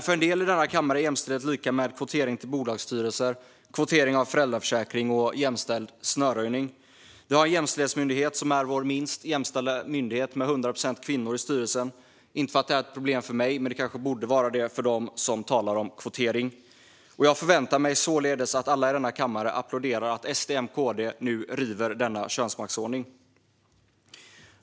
För en del i denna kammare är jämställdhet lika med kvotering till bolagsstyrelser, kvotering av föräldraförsäkring och jämställd snöröjning. Vi har en jämställdhetsmyndighet som är vår minst jämställda myndighet med 100 procent kvinnor i styrelsen. Det är inte ett problem för mig, men det kanske borde vara det för dem som talar om kvotering. Jag förväntar mig således att alla i denna kammare applåderar att SD, M och KD nu river denna könsmaktsordning.